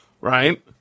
right